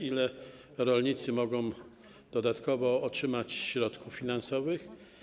Ile rolnicy mogą dodatkowo otrzymać środków finansowych?